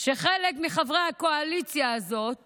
שחלק מחברי הקואליציה הזאת